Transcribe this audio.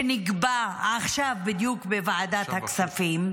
שנקבע בדיוק עכשיו בוועדת הכספים,